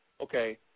okay